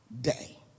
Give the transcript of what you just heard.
day